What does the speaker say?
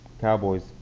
Cowboys